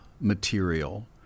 material